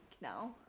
now